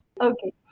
Okay